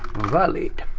valid.